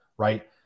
right